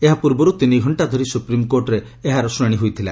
ଏହା ପୂର୍ବରୁ ତିନି ଘକ୍ଷା ଧରି ସୁପ୍ରିମ୍କୋର୍ଟରେ ଏହାର ଶୁଣାଣି ହୋଇଥିଲା